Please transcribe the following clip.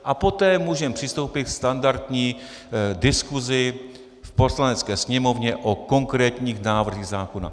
A poté můžeme přistoupit ke standardní diskusi v Poslanecké sněmovně o konkrétních návrzích zákona.